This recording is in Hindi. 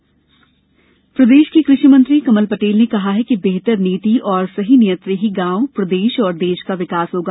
कमल पटेल प्रदेश के कृषि मंत्री कमल पटेल ने कहा है कि बेहतर नीति और सही नीयत से ही गांव प्रदेश और देश का विकास होगा